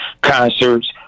Concerts